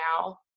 now